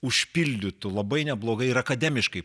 užpildytų labai neblogai ir akademiškai